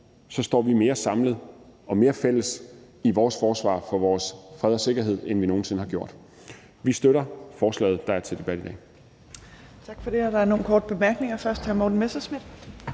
står vi mere samlet og mere fælles i vores forsvar for vores fred og sikkerhed, end vi nogen sinde har gjort. Vi støtter de forslag, der er til debat i dag.